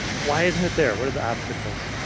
why isn't it there? what are the obstacles?